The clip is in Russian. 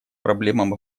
проблемам